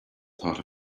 thought